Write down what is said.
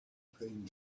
playing